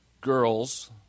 girls